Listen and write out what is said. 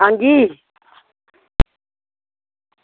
आं जी